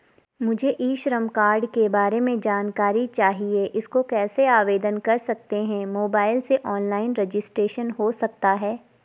मुझे e Shram card के बारे में जानकारी चाहिए इसको कैसे आवेदन कर सकते हैं मोबाइल से ऑनलाइन रजिस्ट्रेशन हो सकता है?